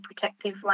protective